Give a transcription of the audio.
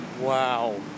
Wow